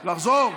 לחזור?